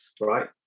right